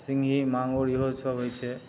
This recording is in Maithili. सिंघी माँगुर इहो सब होइ छै